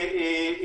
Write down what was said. תודה.